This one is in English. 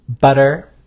Butter